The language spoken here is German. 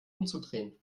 umzudrehen